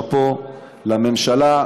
שאפו לממשלה,